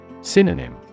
Synonym